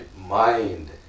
mind